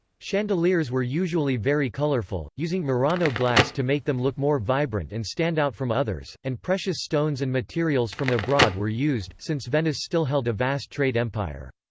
chandeliers were usually very colourful, using murano glass to make them look more vibrant and stand out from others, and precious stones and materials from abroad were used, since venice still held a vast trade empire.